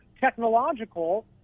technological